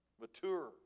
mature